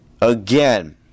again